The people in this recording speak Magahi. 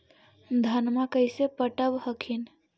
धन्मा कैसे पटब हखिन?